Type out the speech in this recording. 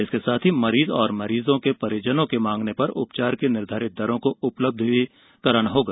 इसके साथ ही मरीज और मरीजों के परिजन को माँगने पर उपचार की निर्धारित दरों को उपलब्ध कराना होगा